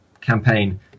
campaign